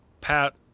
Pat